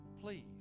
please